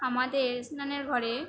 আমাদের স্নানের ঘরে